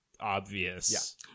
obvious